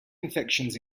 infections